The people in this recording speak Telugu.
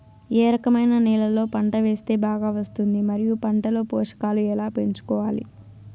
ఏ రకమైన నేలలో పంట వేస్తే బాగా వస్తుంది? మరియు పంట లో పోషకాలు ఎలా పెంచుకోవాలి?